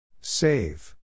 Save